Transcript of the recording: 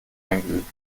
eingeübt